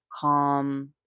calm